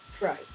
Right